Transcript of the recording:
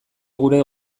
gure